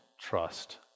trust